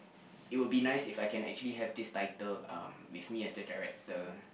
it will be nice if I can actually have this title um with me as the director